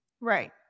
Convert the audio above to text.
Right